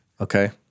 Okay